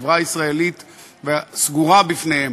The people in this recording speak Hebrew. שהחברה הישראלית סגורה בפניהם.